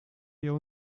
wir